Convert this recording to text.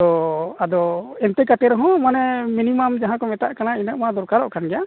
ᱛᱳ ᱟᱫᱚ ᱮᱱᱛᱮ ᱠᱟᱛᱮ ᱨᱮᱦᱚᱸ ᱢᱟᱱᱮ ᱢᱤᱱᱤᱢᱟᱢ ᱡᱟᱦᱟᱸ ᱠᱚ ᱢᱮᱛᱟᱫ ᱠᱟᱱᱟ ᱤᱱᱟᱹ ᱢᱟ ᱫᱚᱨᱠᱟᱨᱚᱜ ᱠᱟᱱ ᱜᱮᱭᱟ